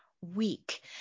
week